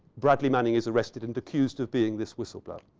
bradley manning is arrested and accused of being this whistle blower.